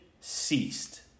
ceased